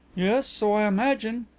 yes, so i imagine.